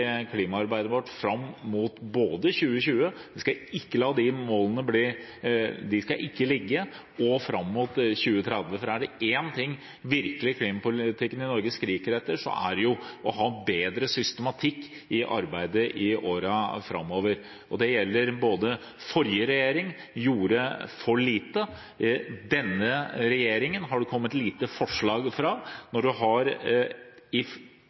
klimaarbeidet vårt både fram mot 2020 – de målene skal vi ikke la ligge – og fram mot 2030. Er det én ting klimapolitikken i Norge virkelig skriker etter, er det bedre systematikk i arbeidet i årene framover. Det går på både at den forrige regjering gjorde for lite, og at det fra denne regjeringen har kommet få forslag. Det felles borgerlige flertallet har gjort mange vedtak i